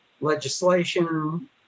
Legislation